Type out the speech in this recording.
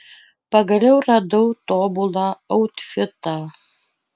pagaliau radau tobulą autfitą